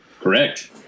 Correct